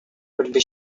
choćby